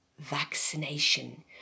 vaccination